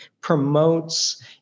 promotes